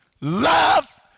Love